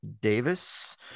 Davis